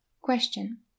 Question